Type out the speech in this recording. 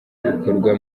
bikorwa